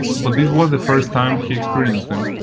but this was the first time he experienced them.